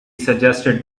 suggested